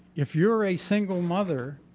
if you're a single mother,